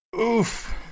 oof